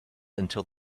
until